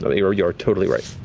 but you are you are totally right.